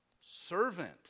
servant